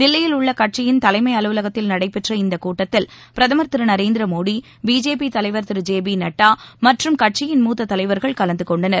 தில்லியில் உள்ள கட்சியின் தலைமை அலுவலகத்தில் நடைபெற்ற இந்தக் கூட்டத்தில் பிரதமர் திரு நரேந்திர மோதி பிஜேபி தலைவர் திரு ஜே பி நட்டா மற்றும் கட்சியின் மூத்த தலைவர்கள் கலந்து கொண்டனர்